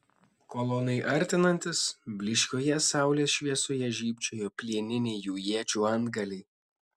kolonai artinantis blyškioje saulės šviesoje žybčiojo plieniniai jų iečių antgaliai